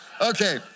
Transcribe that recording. Okay